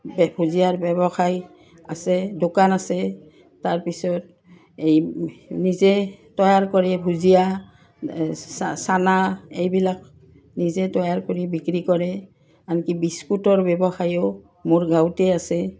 ভুজিয়াৰ ব্যৱসায় আছে দোকান আছে তাৰপিছত এই নিজে তৈয়াৰ কৰে ভুজীয়া এই চানা এইবিলাক নিজে তৈয়াৰ কৰি বিক্ৰী কৰে আনকি বিস্কুটৰ ব্যৱসায়ো মোৰ গাঁৱতেই আছে